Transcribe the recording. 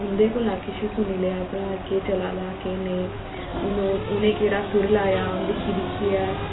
उन्दे कोला किश सुनी लेआ भला केह् चला दा केह् नेईं उने केह्ड़ा सुर लाया दिक्खी दिक्खियै